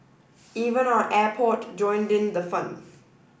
even our airport joined in the fun